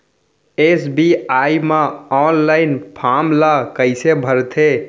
SBI म online form ल कइसे भरथे?